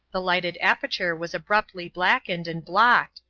the lighted aperture was abruptly blackened and blocked,